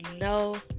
no